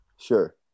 Sure